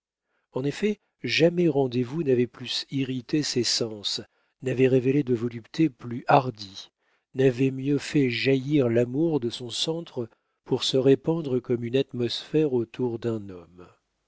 en effet jamais rendez-vous n'avait plus irrité ses sens n'avait révélé de voluptés plus hardies n'avait mieux fait jaillir l'amour de son centre pour se répandre comme une atmosphère autour d'un homme